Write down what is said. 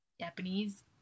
Japanese